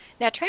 Now